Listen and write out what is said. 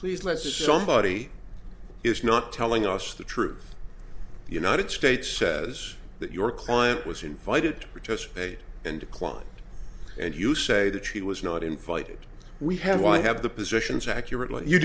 please let's somebody is not telling us the truth the united states says that your client was invited to participate and declined and you say that he was not invited we have why have the positions accurately you